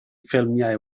ffilmiau